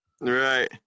right